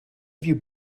have